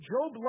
Job